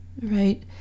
right